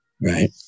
Right